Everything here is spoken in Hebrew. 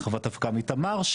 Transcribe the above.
הרחבת ההפקה מתמר,